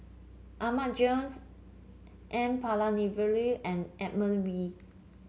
Ahmad Jais N Palanivelu and Edmund Wee